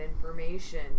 information